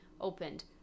opened